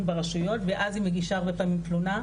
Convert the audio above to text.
ברשויות ואז היא מגישה הרבה פעמים תלונה,